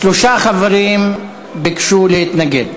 שלושה חברים ביקשו להתנגד: